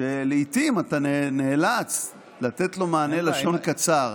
שלעיתים אתה נאלץ לתת לו מענה לשון קצר.